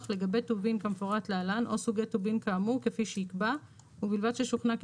לגבי טובין כמפורט להלן או סוגי טובין כאמור כפי שיקבע ובלבד שישוכנע כי